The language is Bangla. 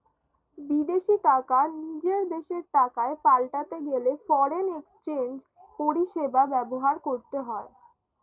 বিদেশী টাকা নিজের দেশের টাকায় পাল্টাতে গেলে ফরেন এক্সচেঞ্জ পরিষেবা ব্যবহার করতে হয়